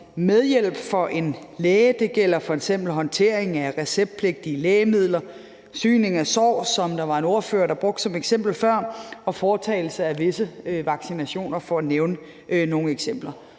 medhjælp for en læge. Det gælder f.eks. håndtering af receptpligtige lægemidler, syning af sår, som der var en ordfører, der brugte som eksempel før, og foretagelse af visse vaccinationer for at nævne nogle eksempler.